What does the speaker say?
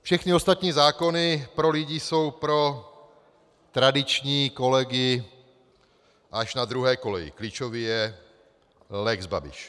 Všechny ostatní zákony pro lidi jsou pro tradiční kolegy až na druhé koleji, klíčový je lex Babiš.